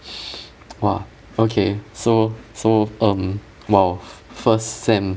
!wah! okay so so um !wow! first sem